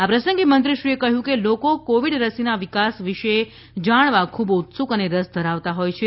આ પ્રસંગે મંત્રીશ્રી એ કહ્યું કે લોકો કોવિડ રસીના વિકાસ વિશે જાણવા ખૂબ ઉત્સુક અને રસ ધરાવતા હોય છે